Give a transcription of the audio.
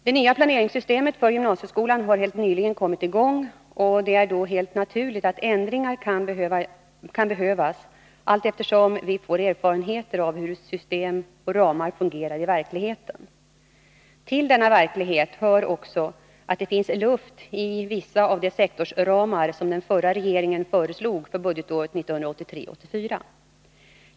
Det nya planeringssystemet för gymnasieskolan har helt nyligen kommit i gång, och det är då helt naturligt att ändringar kan behövas allteftersom vi får erfarenheter av hur system och ramar fungerar i verkligheten. Till denna verklighet hör också att det fanns ”luft” i vissa av de sektorsramar som den förra regeringen föreslog för läsåret 1983/84.